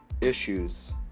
issues